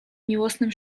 miłosnym